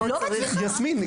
יסמין,